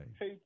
Hey